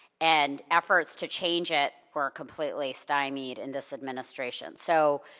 and efforts to change it were completely stymied in this administration. so,